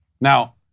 Now